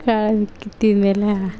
ಕಳೆ ಕಿತ್ತಾದ್ ಮೇಲೆ